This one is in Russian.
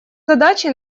задачи